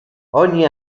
ogni